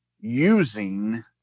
using